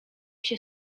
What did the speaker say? się